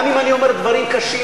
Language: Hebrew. גם אם אני אומר דברים קשים,